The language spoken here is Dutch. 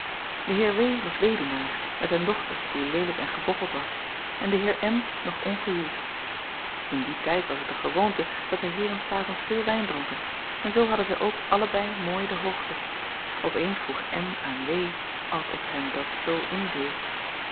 e eer was weduwnaar met een dochter die leelijk en gebocheld was en de eer nog ongehuwd n dien tijd was het de gewoonte dat de heeren s avonds veel wijn dronken en zoo hadden zij ook allebei mooi de hoogte p eens vroeg aan als of hem dat zoo inviel